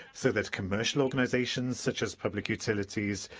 so that commercial organisations, such as public utilities,